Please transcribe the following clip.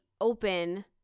open